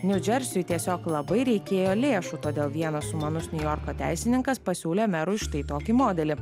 niu džersiui tiesiog labai reikėjo lėšų todėl vienas sumanus niujorko teisininkas pasiūlė merui štai tokį modelį